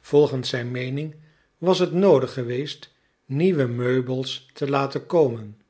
volgens zijn meening was het noodig geweest nieuwe meubels te laten komen